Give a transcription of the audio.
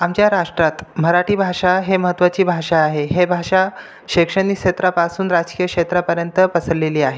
आमच्या राष्ट्रात मराठी भाषा ही महत्त्वाची भाषा आहे ही भाषा शैक्षणिक क्षेत्रापासून राजकीय क्षेत्रापर्यंत पसरलेली आहे